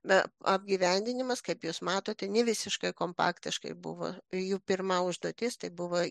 bet apgyvendinimas kaip jūs matote nevisiškai kompaktiškai buvo jų pirma užduotis tai buvo